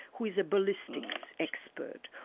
who is a ballistics expert,